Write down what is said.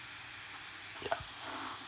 yeah